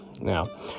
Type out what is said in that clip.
Now